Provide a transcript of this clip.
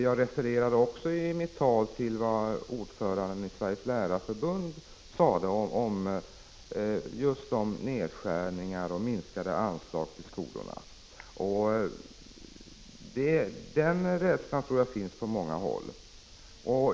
Jag refererade också i mitt anförande till vad ordföranden i Sveriges lärarförbund sade om just nedskärningar och minskade anslag till skolorna. 23 Den rädslan finns på många håll.